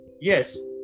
Yes